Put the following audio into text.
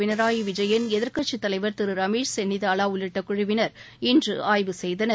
பினராய் விஜயன் எதிர்கட்சி தலைவர் திரு ரமேஷ் சென்னிதாவா உள்ளிட்ட குழுவினர் இன்று ஆய்வு செய்தனர்